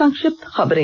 संक्षिप्त खबरें